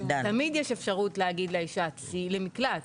תמיד יש אפשרות להגיד לאישה 'צאי למקלט'.